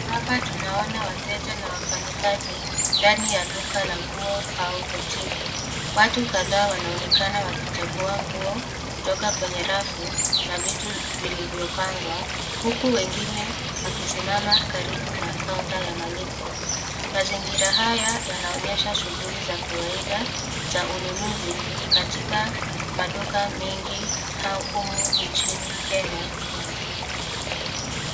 Hapa tunaona wateja na wafanyakazi ndani ya duka la nguo au boutique . Watu kadhaa wanaonekana wakichagua nguo kutoka kwenye rafu na vitu vilivyopangwa huku wengine wakisimama karibu na kaunta ya malipo. Mazingira haya yanaonyesha shughuli za kawaida za ununuzi katika maduka mengi humu nchini Kenya yama.